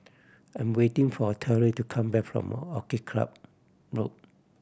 I am waiting for Terell to come back from Orchid Club Road